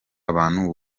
abantu